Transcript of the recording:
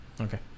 Okay